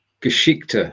Geschichte